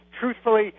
truthfully